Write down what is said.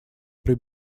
при